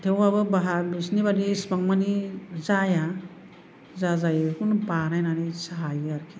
थेवबाबो बाहा बिसिनि बायदि इसिबां मानि जाया जा जायो बेखौनो बानायनानै जायो आरोखि